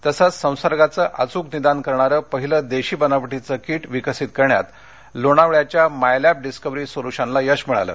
तसंच संसर्गाच अचूक निदान करणारं पहिलं देशी बनावटीचं किट विकसित करण्यात लोणावळ्याच्या माय लक्ष डिस्कवरी सोल्यूशनला यश मिळालं